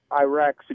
Iraq